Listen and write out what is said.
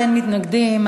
19 בעד, אין מתנגדים.